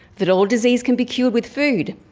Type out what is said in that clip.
that all disease can be cured with food,